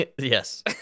yes